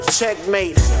checkmate